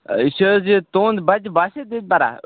یہِ چھِ حظ یہِ تِہُنٛد بَچہٕ باسِط ییٚتہِ پَران